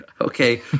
Okay